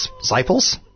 disciples